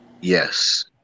Yes